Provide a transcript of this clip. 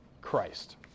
Christ